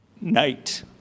night